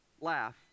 laugh